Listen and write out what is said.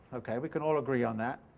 okay, we can all agree on that.